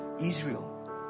Israel